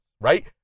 right